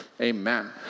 amen